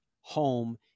home